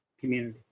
community